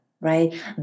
right